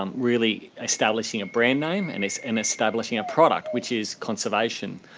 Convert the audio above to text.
um really establishing a brand name and it's an establishing a product which is conservation.